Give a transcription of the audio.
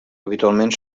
habitualment